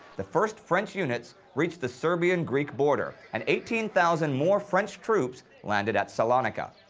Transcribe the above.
the first french units reached the serbian-greek border, and eighteen thousand more french troops landed at salonika.